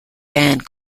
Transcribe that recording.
band